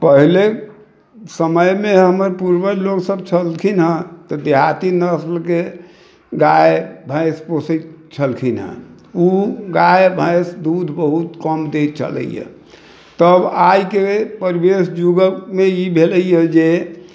पहले समयमे हमर पूर्वज लोक सभ छलखिन हैं तऽ देहाती नस्लके गाय भैंस पोषै छलखिन हैं ओ गाय भैंस दूध बहुत कम दै छलैया तब आइके परिवेश जुगक मे ई भेलै है जे